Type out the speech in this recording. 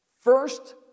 First